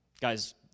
Guys